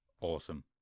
awesome